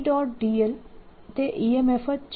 dl એ EMF જ છે